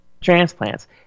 transplants